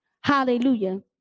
Hallelujah